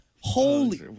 Holy